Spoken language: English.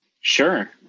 sure